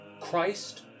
Christ